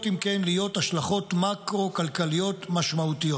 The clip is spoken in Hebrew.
להיות השלכות מקרו כלכליות משמעותיות,